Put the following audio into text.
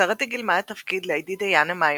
בסרט היא גילמה את תפקיד ליידי דיאנה מאיו,